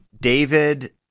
David